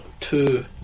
two